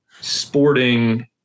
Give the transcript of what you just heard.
sporting –